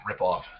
ripoff